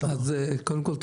קודם כל,